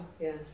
Yes